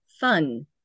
fun